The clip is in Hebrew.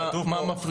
מה מפריע?